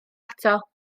ato